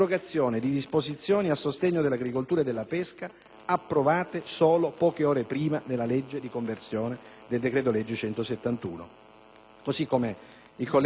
approvate solo poche ore prima nella legge di conversione del decreto-legge n. 171, così come il collega Andria ha segnalato nel suo intervento di ieri.